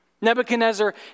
Nebuchadnezzar